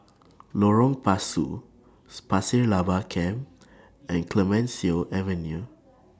Lorong Pasu Pasir Laba Camp and Clemenceau Avenue